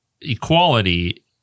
equality